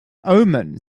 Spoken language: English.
omen